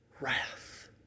Wrath